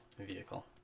vehicle